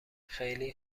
خیلی